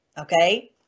Okay